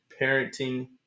parenting